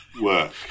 work